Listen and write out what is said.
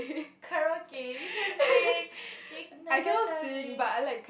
karaoke you can say you never tell me